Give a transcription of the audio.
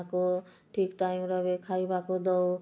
ତାକୁ ଠିକ୍ ଟାଇମ୍ରେ ବି ଖାଇବାକୁ ଦେଉ